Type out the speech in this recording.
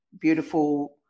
beautiful